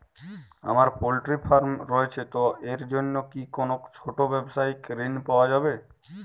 আমার poultry farm রয়েছে তো এর জন্য কি কোনো ছোটো ব্যাবসায়িক ঋণ পাওয়া যাবে?